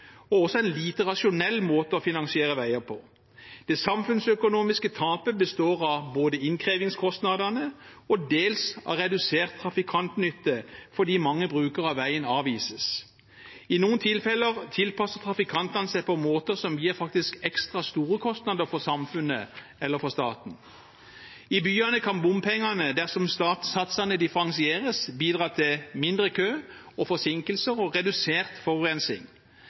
og lite rasjonell måte å finansiere veier på. Det samfunnsøkonomiske tapet består både av innkrevingskostnadene og dels av redusert trafikantnytte fordi mange brukere av veien avvises. I noen tilfeller tilpasser trafikantene seg på måter som faktisk gir ekstra store kostnader for samfunnet eller for staten. I byene kan bompengene, dersom satsene differensieres, bidra til mindre kø og forsinkelser og redusert